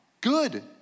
Good